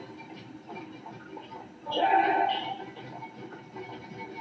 भारत मे आनुवांशिक रूप सं संशोधित फसल के व्यावसायिक उत्पादनक अनुमति नहि छैक